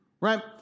right